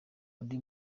undi